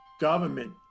government